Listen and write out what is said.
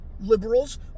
Liberals